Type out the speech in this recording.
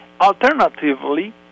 Alternatively